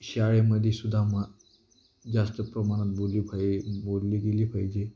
शाळेमध्येसुद्धा मग जास्त प्रमाणात बोलली पाहिजे बोलली गेली पाहिजे